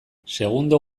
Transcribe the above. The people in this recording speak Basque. segundo